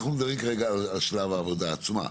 אנחנו מדברים כרגע על שלב העבודה עצמה,